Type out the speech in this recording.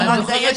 הבנתי, תודה רבה.